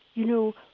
you know,